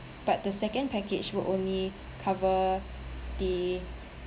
but the second package will only cover the